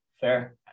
Fair